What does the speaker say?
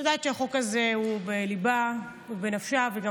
שאני יודעת שהחוק הזה הוא בליבה, הוא בנפשה.